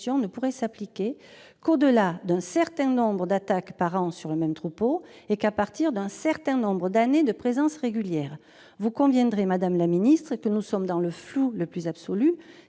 ne pourrait s'appliquer qu'au-delà d'un certain nombre d'attaques par an sur le même troupeau et qu'à partir d'un certain nombre d'années de présence régulière ». Vous conviendrez, madame la ministre, que nous sommes dans le flou le plus absolu,